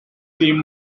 team